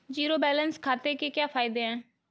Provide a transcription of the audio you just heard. Zero balance खाते के क्या फायदे हैं?